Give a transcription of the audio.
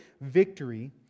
victory